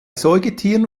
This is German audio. säugetieren